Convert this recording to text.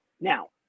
Now